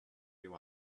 you